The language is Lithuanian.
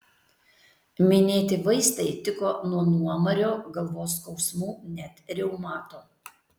minėti vaistai tiko nuo nuomario galvos skausmų net reumato